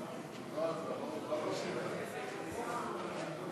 השרה, חברי חברי הכנסת,